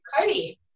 Cody